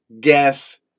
guess